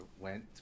went